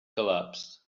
collapsed